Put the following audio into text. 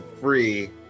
free